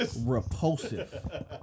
repulsive